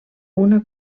una